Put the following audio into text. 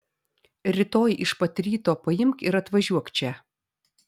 rytoj iš pat ryto paimk ir atvažiuok čia